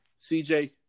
CJ